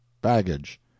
baggage